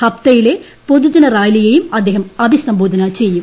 ഹപ്തയിലെ ഇംഫാലിൽ പൊതുജനറാലിയേയും അദ്ദേഹം അഭിസംബോധന ചെയ്യും